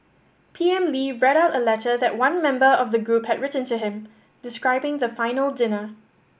P M Lee read out a letter that one member of the group had written to him describing the final dinner